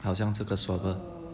好像这个 swabber